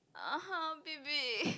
(uh huh) baby